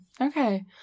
Okay